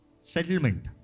settlement